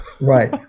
right